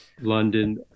London